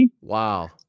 Wow